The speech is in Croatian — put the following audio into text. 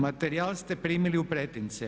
Materijal ste primili u pretince.